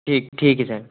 ठीक ठीक है सर